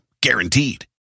guaranteed